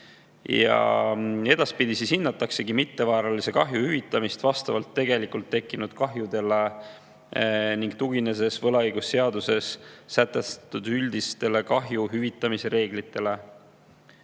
Edaspidi hinnatakse mittevaralise kahju hüvitamist vastavalt tegelikult tekkinud kahjudele ning tuginedes võlaõigusseaduses sätestatud üldistele kahju hüvitamise reeglitele.